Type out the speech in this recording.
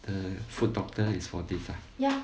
uh foot doctor is for this ah